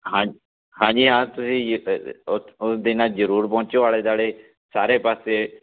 ਹਾਂ ਹਾਂਜੀ ਹਾਂ ਤੁਸੀਂ ਉਸ ਦਿਨ ਜ਼ਰੂਰ ਪਹੁੰਚੋ ਆਲੇ ਦੁਆਲੇ ਸਾਰੇ ਪਾਸੇ